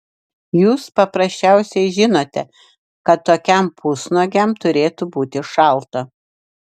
jūs paprasčiausiai žinote kad tokiam pusnuogiam turėtų būti šalta